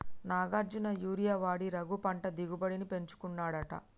Nagarjuna urea వాడి రఘు పంట దిగుబడిని పెంచుకున్నాడట